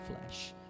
flesh